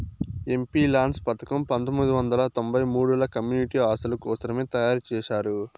MPLADS పథకం పంతొమ్మిది వందల తొంబై మూడుల కమ్యూనిటీ ఆస్తుల కోసరమే తయారు చేశారు